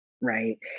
right